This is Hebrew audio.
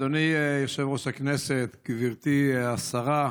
אדוני יושב-ראש הכנסת, גברתי השרה,